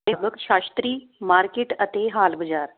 ਅਤੇ ਲੋਕ ਸ਼ਾਸਤਰੀ ਮਾਰਕੀਟ ਅਤੇ ਹਾਲ ਬਾਜ਼ਾਰ